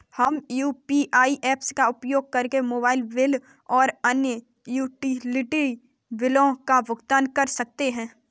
हम UPI apps का उपयोग करके मोबाइल बिल और अन्य यूटिलिटी बिलों का भुगतान कर सकते हैं